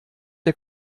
der